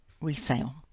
resale